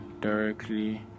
directly